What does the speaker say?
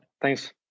Thanks